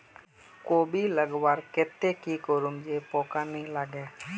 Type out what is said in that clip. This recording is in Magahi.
कोबी लगवार केते की करूम जे पूका ना लागे?